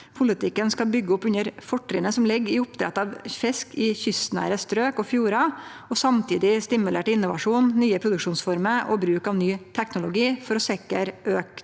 Politik ken skal bygge opp under fortrinnet som ligger i oppdrett av fisk i kystnære strøk og fjorder, og samtidig stimulere til innovasjon, nye produksjonsformer og bruk av ny teknologi for å sikre økt